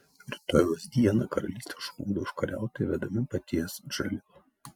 rytojaus dieną karalystę užplūdo užkariautojai vedami paties džalilo